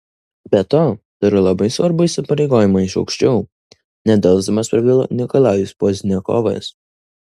be to turiu labai svarbų įpareigojimą iš aukščiau nedelsdamas prabilo nikolajus pozdniakovas